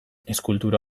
eskultura